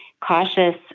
cautious